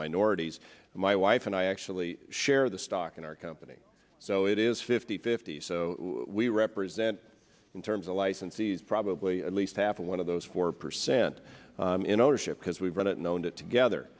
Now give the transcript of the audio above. minorities my wife and i actually share the stock in our company so it is fifty fifty so we represent in terms of licensees probably at least half of one of those four percent in ownership because we've run it in owned it together